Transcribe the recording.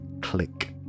click